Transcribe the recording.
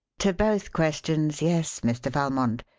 to both questions, yes, mr. valmond.